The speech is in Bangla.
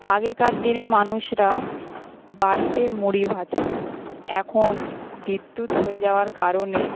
আগেকার দিনে মানুষরা বাড়িতে মুড়ি ভাজতো এখন বিদ্যুৎ হয়ে যাওয়ার কারণে